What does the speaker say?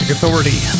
Authority